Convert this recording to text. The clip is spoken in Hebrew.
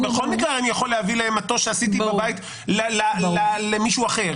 בכל מקרה אני יכול להביא להם מטוש שעשיתי בבית למישהו אחר,